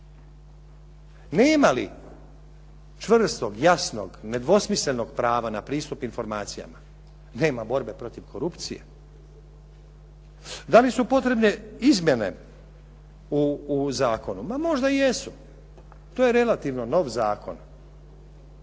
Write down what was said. Nema li čvrstog, jasnog, nedvosmislenog prava na pristup informacijama, nema borbe protiv korupcije. Da li su potrebne izmjene u zakonu? Ma možda i jesu. To je relativno nov zakon.